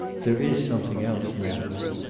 there is something else, natalie.